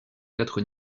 quatre